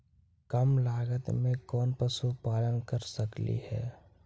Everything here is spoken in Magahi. कम लागत में कौन पशुपालन कर सकली हे?